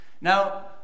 Now